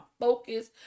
focus